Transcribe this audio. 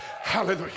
hallelujah